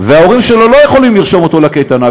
וההורים שלו לא יכולים לרשום אותו לקייטנה,